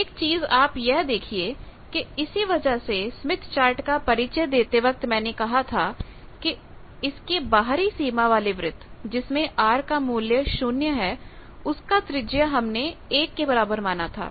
तो एक चीज आप यह देखिए कि इसी वजह से स्मिथ चार्ट का परिचय देते वक्त मैंने कहा था इस के बाहरी सीमा वाले वृत्त जिसमें R का मूल्य 0 है उसका त्रिज्या हमने 1 के बराबर माना था